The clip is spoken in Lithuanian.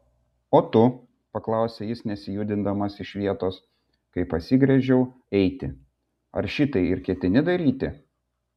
o tu paklausė jis nesijudindamas iš vietos kai pasigręžiau eiti ar šitai ir ketini daryti